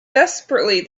desperately